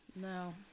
no